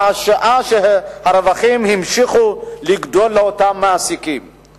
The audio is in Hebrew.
בה בשעה שהרווחים של אותם מעסיקים המשיכו לגדול.